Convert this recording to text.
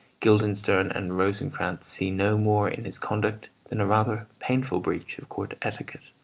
guildenstern and rosencrantz see no more in his conduct than a rather painful breach of court etiquette.